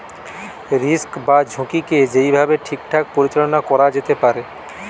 risk বা ঝুঁকিকে যেই ভাবে ঠিকঠাক পরিচালনা করা যেতে পারে